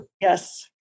Yes